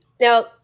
now